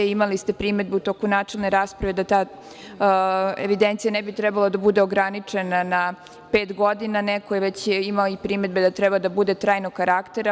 Imali ste primedbu u toku načelne rasprave da ta evidencija ne bi trebala da bude ograničena na pet godina, neko je već imao primedbe da treba da bude trajnog karaktera.